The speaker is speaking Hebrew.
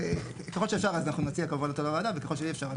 וככל שאפשר אז אנחנו נציע כמובן לוועדה וככל שאי אפשר,